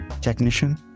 technician